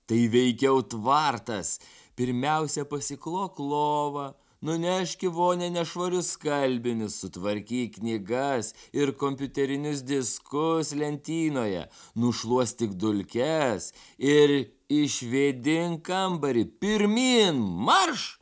tai veikiau tvartas pirmiausia pasiklok lovą nunešk į vonią nešvarius skalbinius sutvarkyk knygas ir kompiuterinius diskus lentynoje nušluostyk dulkes ir išvėdink kambarį pirmyn marš